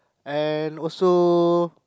and also